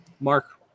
mark